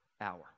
hour